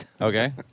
Okay